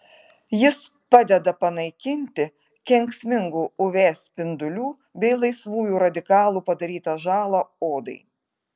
jis padeda panaikinti kenksmingų uv spindulių bei laisvųjų radikalų padarytą žalą odai